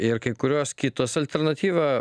ir kai kurios kitos alternatyva